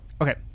okay